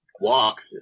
walk